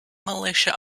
militia